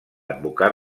advocat